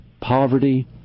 poverty